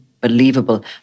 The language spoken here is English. believable